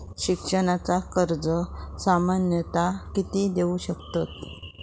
शिक्षणाचा कर्ज सामन्यता किती देऊ शकतत?